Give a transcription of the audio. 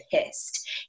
pissed